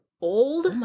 old